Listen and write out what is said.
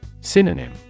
Synonym